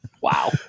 Wow